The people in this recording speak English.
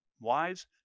wives